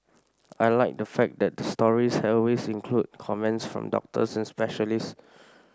I like the fact that the stories always include comments from doctors and specialists